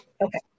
Okay